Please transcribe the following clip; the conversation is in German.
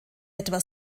etwa